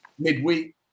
Midweek